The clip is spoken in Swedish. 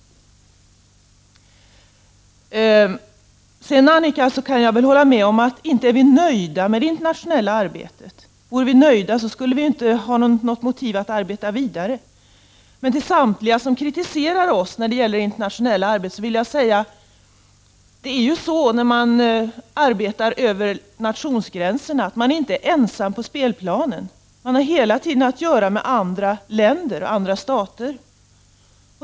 Sedan kan jag hålla med Annika Åhnberg att vi inte är nöjda med det internationella arbetet. Vore vi nöjda, skulle vi inte ha något motiv att arbeta vidare. Men till samtliga som kritiserar oss när det gäller det internationella arbetet vill jag säga att när man arbetar över nationsgränserna är man inte ensam på spelplanen. Man har hela tiden att göra med andra länder, andra stater.